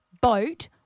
boat